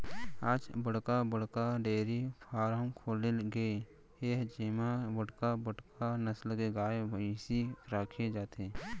आज बड़का बड़का डेयरी फारम खोले गे हे जेमा बड़का बड़का नसल के गाय, भइसी राखे जाथे